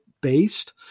based